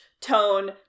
tone